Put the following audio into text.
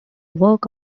work